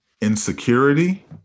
insecurity